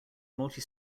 multi